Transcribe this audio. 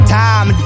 time